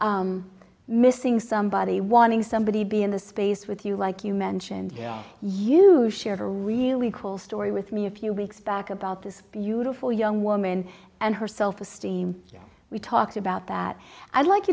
missing somebody wanting somebody be in the space with you like you mentioned you shared a really cool story with me a few weeks back about this beautiful young woman and her self esteem we talked about that i'd like